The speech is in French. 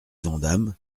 vandamme